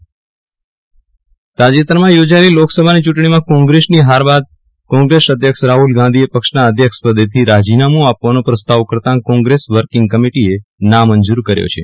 વિરલ રાણા કોગ્રેંસ working committee બેઠક તાજેતરમાં યોજાયેલી લોકસભાની ચૂંટણીમાં કોંગ્રેસની હાર બાદ કોંગ્રેસ અધ્યક્ષ રાહુલ ગાંધીએ પક્ષના અધ્યક્ષપદેથી રાજીનામું આપવાનો પ્રસ્તાવ કરતાં કોંગ્રેસ વર્કીંગ કમિટીએ નામંજૂર કર્યો છે